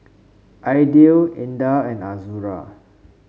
Aidil Indah and Azura